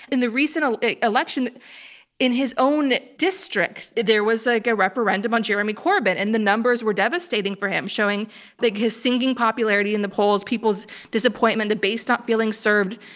in the recent election in his own district, there was like a referendum on jeremy corbyn, and the numbers were devastating for him, showing like his sinking popularity in the polls, people's disappointment, the base not feeling served,